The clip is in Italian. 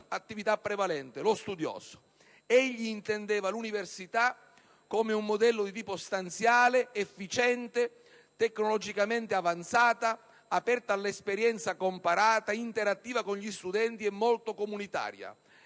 attività prevalente, quella di studioso. Egli intendeva l'università secondo un modello di tipo stanziale, efficiente, tecnologicamente avanzata, aperta all'esperienza comparata, interattiva con gli studenti e molto comunitaria.